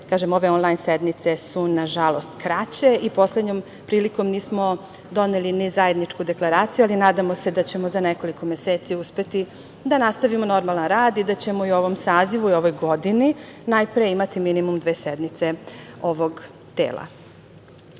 kažem, ove onlajn sednice su nažalost kraće i poslednjom prilikom nismo doneli ni zajedničku deklaraciju, ali se nadamo da ćemo za nekoliko meseci uspeti da nastavimo normalan rad i da ćemo i u ovom sazivu i u ovoj godini najpre imati minimum dve sednice ovog tela. Svrha